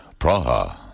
Praha